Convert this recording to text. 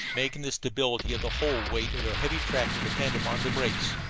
making the stability of the whole weight of the heavy tractor depend upon the brakes.